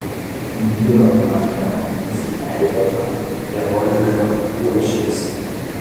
vyro ranka nusileido ant revolverio buožės